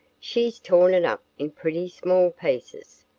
she's torn it up in pretty small pieces,